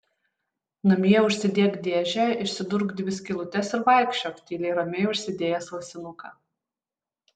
namie užsidėk dėžę išsidurk dvi skylutes ir vaikščiok tyliai ramiai užsidėjęs ausinuką